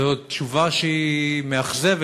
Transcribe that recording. זו תשובה שהיא מאכזבת.